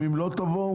אם לא תבואו,